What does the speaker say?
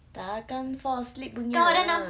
tak akan fall asleep punya